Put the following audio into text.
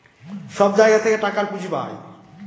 সব জায়গা থেকে টাকার পুঁজি পাই